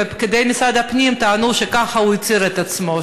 ופקידי משרד הפנים טענו שכך הוא הצהיר על עצמו,